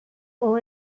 all